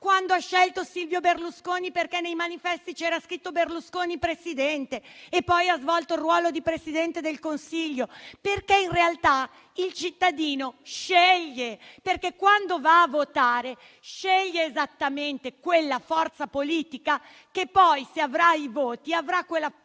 come ha scelto Silvio Berlusconi, perché nei manifesti c'era scritto «Berlusconi Presidente» e poi Berlusconi ha svolto il ruolo di Presidente del Consiglio. In realtà il cittadino sceglie: quando va a votare, sceglie esattamente quella forza politica che poi, se avrà i voti, avrà la